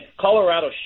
Colorado